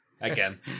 Again